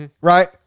Right